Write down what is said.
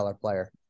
player